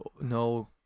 No